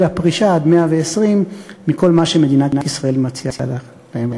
הפרישה עד 120 מכל מה שמדינת ישראל מציעה להם.